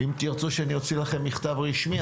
אם תרצו שאני אוציא לכם מכתב רשמי,